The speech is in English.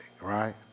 right